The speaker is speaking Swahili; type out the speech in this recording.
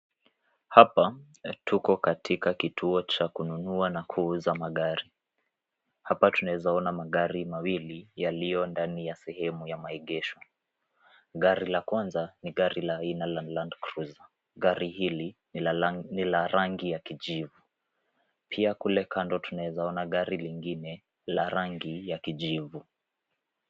Hapa tuko katika kituo cha kununa na kuuza magari. Hapa tunaweza kuona magari mawili yaliyo ndani ya sehemu ya maegesho. Gari la kwanza ni gari aina la cs[land cruiser]cs . Gari hili ni la rangi ya kijivu. Pia kule kando tunaweza kuona gari lingine la rangi ya kijivu.